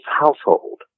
household